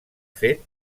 fet